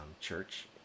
church